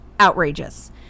outrageous